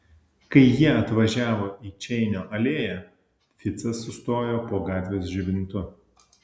kai jie atvažiavo į čeinio alėją ficas sustojo po gatvės žibintu